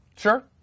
Sure